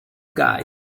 guys